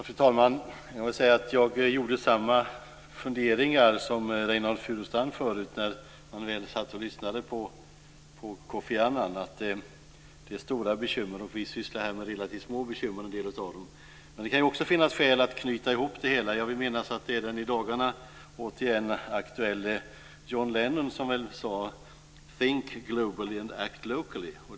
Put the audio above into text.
Fru talman! Jag vill säga att jag hade samma funderingar som Reynoldh Furustrand när vi förut lyssnade på Kofi Annan. Det var stora bekymmer, och en del av det vi sysslar med här är relativt små bekymmer. Men det kan också finnas skäl att knyta ihop det hela. Jag vill minnas att det är den i dagarna återigen aktuelle John Lennon som sagt: Think global and act locally.